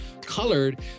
colored